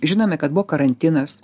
žinome kad bu karantinas